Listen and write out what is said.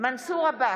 מנסור עבאס,